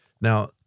Now